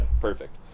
Perfect